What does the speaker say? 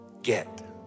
get